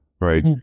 right